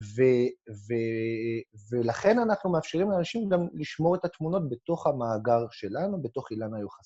ולכן אנחנו מאפשרים לאנשים גם לשמור את התמונות בתוך המאגר שלנו, בתוך אילן היוחסן.